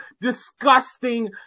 disgusting